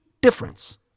difference